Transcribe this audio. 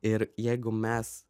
ir jeigu mes